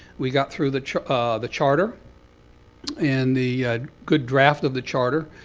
we got through the ah the charter and the good draft of the charter.